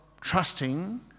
trusting